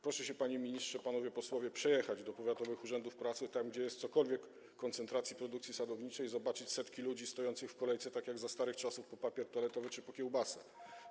Proszę się, panie ministrze, panowie posłowie, przejechać do powiatowych urzędów pracy, tam gdzie jest jakakolwiek koncentracja produkcji sadowniczej, i zobaczyć setki ludzi stojących w kolejce, tak jak za starych czasów - po papier toaletowy czy po kiełbasę.